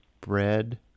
Bread